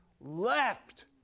left